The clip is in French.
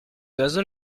oiseaux